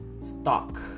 stock